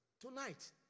Tonight